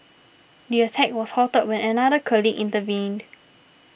the attack was halted when another colleague intervened